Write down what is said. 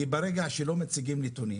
למה אני אומר את זה, כי ברגע שלא מציגים נתונים